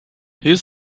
his